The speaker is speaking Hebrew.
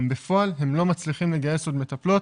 גם בפועל הם לא מצליחים לגייס עוד מטפלות,